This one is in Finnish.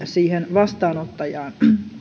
vastaanottajaan